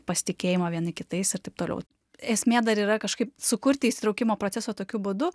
pasitikėjimo vieni kitais ir taip toliau esmė dar yra kažkaip sukurti įsitraukimo procesą tokiu būdu